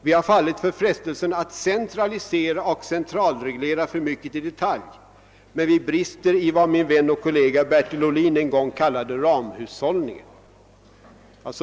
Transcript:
Vi har fallit för frestelsen att centralisera och centralreglera för mycket i detalj men vi brister i vad min vän och kollega Bertil Ohlin en gång kallade ramhushållningen.